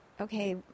okay